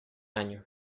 año